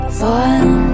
fun